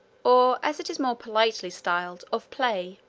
or, as it is more politely styled, of play.